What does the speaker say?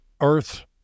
Earth